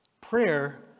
Prayer